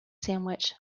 sandwich